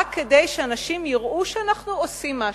רק כדי שאנשים יראו שאנחנו עושים משהו.